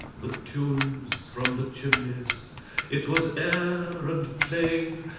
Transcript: the tunes from the chimneys, it was airand playing,